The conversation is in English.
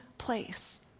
place